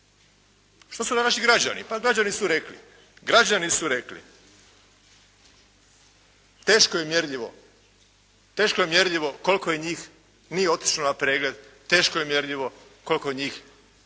Što su onda naši građani? Pa građani su rekli, građani su rekli teško je mjerljivo, teško je mjerljivo koliko je njih nije otišlo na pregled, teško je mjerljivo koliko je njih